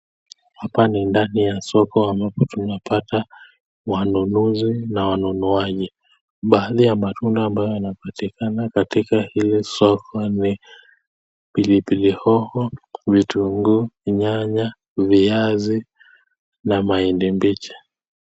Hapa ni ndani ya soko ambapo tunapata wanunuzi na wanunuaji, baadhi ya matunda ambayo yanapatikana katika hili soko ni pilipili hoho, vitungu, nyanya, viazi na mahindi mbichi.